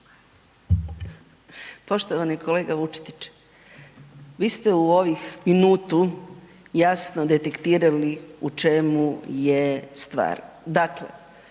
Poštovani kolega Vučetić, vi ste u ovih minutu jasno detektirali u čemu je stvar. Dakle,